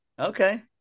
okay